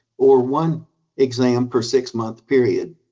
or one exam per six month period.